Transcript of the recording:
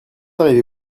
arrivez